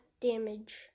damage